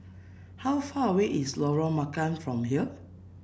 how far away is Lorong Marican from here